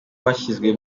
bashyizwe